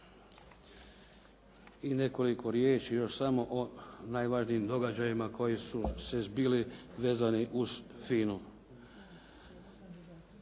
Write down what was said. I nekoliko riječi još samo o najvažnijim događajima koji su se zbili vezani uz FINA-u.